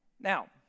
Now